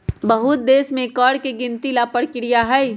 बहुत देश में कर के गिनती ला परकिरिया हई